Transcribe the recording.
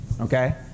okay